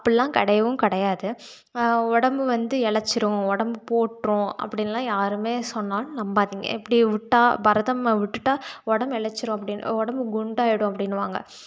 அப்படிலாம் கிடையவும் கிடையாது உடம்பு வந்து இளச்சிடும் உடம்பு போட்டிரும் அப்படின்லாம் யாருமே சொன்னாலும் நம்பாதீங்க இப்படியே விட்டா பரதம விட்டுட்டா உடம்பு இளச்சிடும் அப்படின்னு உடம்பு குண்டாகிடும் அப்படின்னுவாங்க